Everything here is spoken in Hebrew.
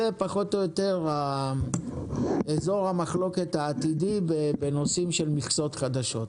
זה פחות או יותר אזור המחלוקת העתידי בנושאים של מכסות חדשות.